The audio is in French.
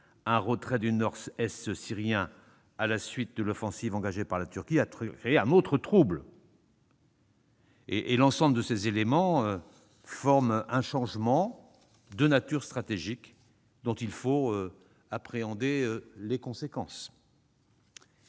un retrait du nord-est syrien, à la suite de l'offensive engagée par la Turquie, a créé un trouble. L'ensemble de ces éléments constitue un changement de nature stratégique, dont il faut tirer les conséquences.